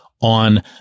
on